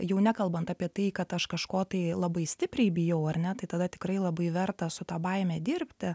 jau nekalbant apie tai kad aš kažko tai labai stipriai bijau ar ne tai tada tikrai labai verta su ta baime dirbti